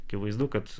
akivaizdu kad